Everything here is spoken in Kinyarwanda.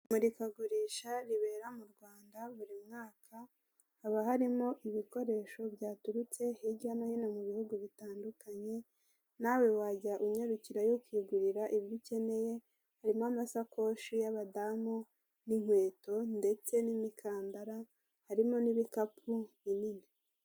Imurikagurisha ribera mu rwanda buri mwaka, haba harimo ibikoresho byaturutse hirya no hino mu bihugu bitandukanye, nawe wajya uyarukira yo ukigurira ibyo ukeneye, harimo amasakoshi y'abadamu, n'inkweto ndetse n'imikandara, harimo n'ibikapu binini.